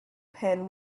pin